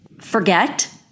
forget